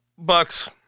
Bucks